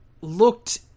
looked